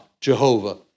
Jehovah